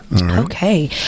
Okay